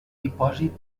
dipòsit